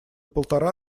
полтора